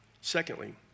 Secondly